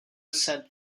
sent